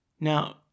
Now